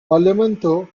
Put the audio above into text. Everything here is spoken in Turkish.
parlamento